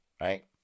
Right